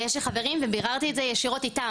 ויש לי חברים וביררתי את זה ישירות איתם,